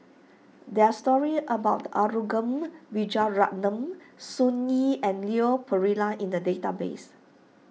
there are stories about Arumugam Vijiaratnam Sun Yee and Leon Perera in the database